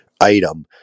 item